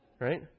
Right